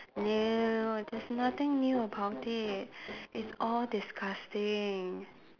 no there's nothing new about it it's all disgusting